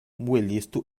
muelisto